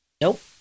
nope